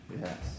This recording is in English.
yes